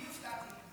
אני הופתעתי.